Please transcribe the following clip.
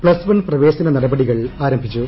plus one പ്രവേശന നടപടികൾ ആരംഭിച്ചു